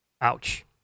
Ouch